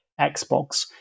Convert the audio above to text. Xbox